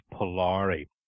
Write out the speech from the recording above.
Polari